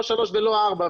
לא שלוש ולא ארבע,